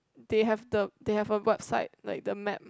they have the they have a website like the map